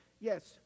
Yes